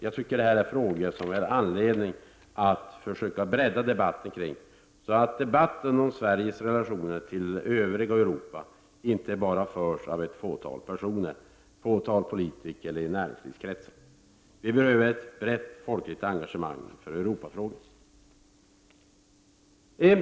Jag tycker att detta är frågor som ger anledning att försöka bredda debatten, så att debatten om Sveriges relationer till det övriga Europa inte bara förs av ett fåtal personer, ett fåtal politiker eller i näringslivskretsar. Vi behöver ett brett folkligt engagemang för Europafrågorna.